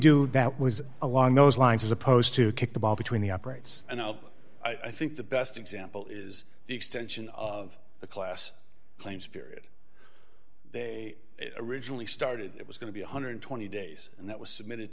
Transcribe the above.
do that was along those lines as opposed to kick the ball between the operates and i think the best example is the extension of the class claims period they originally started it was going to be one hundred and twenty dollars days and that was submitted